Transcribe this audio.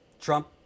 Trump